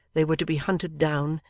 they were to be hunted down,